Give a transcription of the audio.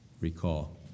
recall